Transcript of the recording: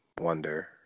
wonder